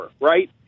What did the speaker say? right